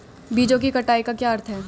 बीजों की कटाई का क्या अर्थ है?